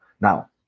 Now